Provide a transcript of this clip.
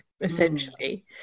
essentially